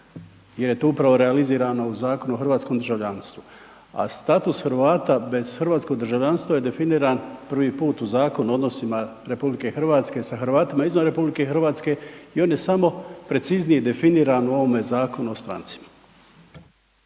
jer je upravo realizirano u Zakonu o hrvatskom državljanstvu. A status Hrvata bez hrvatskog državljanstva je definira prvi put u Zakonu o odnosima prema Hrvatima izvan RH i on je samo preciznije definiran u ovome Zakonu o strancima.